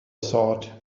thought